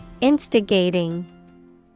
Instigating